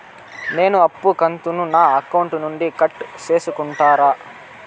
నేను అప్పు కంతును నా అకౌంట్ నుండి కట్ సేసుకుంటారా?